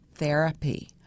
therapy